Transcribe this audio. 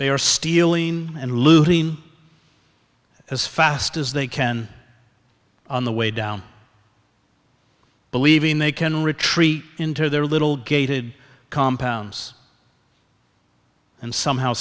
they are stealing and looting as fast as they can on the way down believing they can retreat into their little gated compounds and somehow